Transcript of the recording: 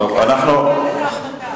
את קיבלת את ההחלטה,